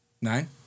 Nine